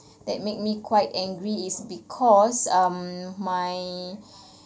that made me quite angry is because um my